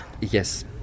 Yes